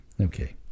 Okay